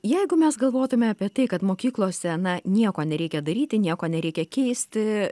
jeigu mes galvotume apie tai kad mokyklose na nieko nereikia daryti nieko nereikia keisti